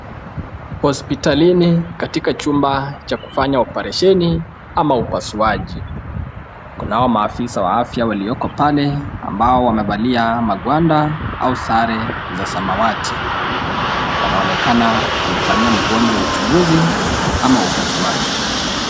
Hospitalini katika chumba cha kufanya oparesheni ama upasuaji. Kunao maafisa wa afya walioko pale ambao wamevalia magwanda au sare za samawati. Wanaonekana kumfanyia mgonjwa uchunguzi ama upasuaji.